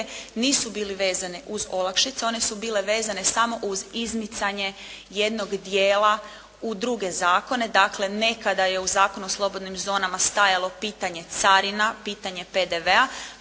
nisu bili vezani uz olakšice. One su bile vezano samo uz izmicanje jednog dijela u druge zakone. Dakle nekada je u Zakon o slobodnim zonama stajalo pitanje carina, pitanje PDV-a.